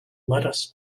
lettuce